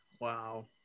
Wow